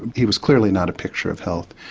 he was clearly not a picture of health.